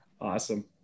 Awesome